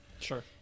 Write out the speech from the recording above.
Sure